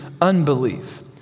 unbelief